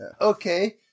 okay